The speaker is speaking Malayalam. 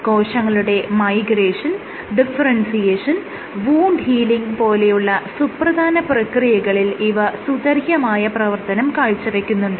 കോശങ്ങളുടെ മൈഗ്രേഷൻ ഡിഫറെൻസിയേഷൻ വൂണ്ട് ഹീലിംഗ് പോലെയുള്ള സുപ്രധാന പ്രക്രിയകളിൽ ഇവ സുത്യർഹമായ പ്രവർത്തനം കാഴ്ചവെക്കുന്നുണ്ട്